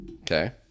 Okay